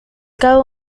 cabo